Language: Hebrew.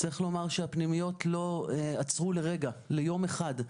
צריך לומר שהפנימיות לא עצרו לרגע, ליום אחד,